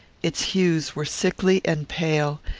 its hues were sickly and pale,